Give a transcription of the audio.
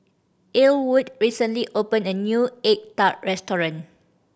Elwood recently open a new egg tart restaurant